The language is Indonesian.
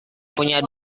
punya